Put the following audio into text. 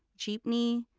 jeepney,